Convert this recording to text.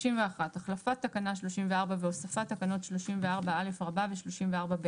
31. החלפת תקנה 34 והוספת תקנות 34א ו-34ב.